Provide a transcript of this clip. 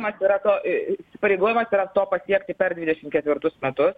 mat yra to įsipareigojimas yra to pasiekti per dvidešimt ketvirtus metus